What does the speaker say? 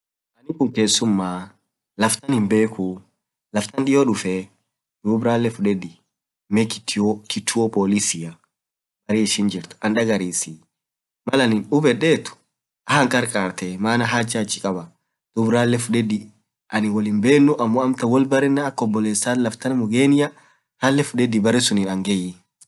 anin kuun kesumaa laaf taan dioo dufee, mee ralee fudedii kituo polisia rale fuddi bare ishin jirt andagarsisii.malanin hubeded haankarkartee maana hajaa achii kabaaduub ralee fudedii anin woal himbenuu amtaan woal barenaa akk oboletii tiyya, issan laftaan mugenia baree sunin angeii.